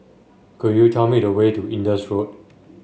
could you tell me the way to Indus Road